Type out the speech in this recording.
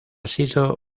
sido